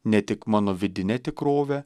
ne tik mano vidine tikrove